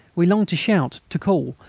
we longed to shout, to call,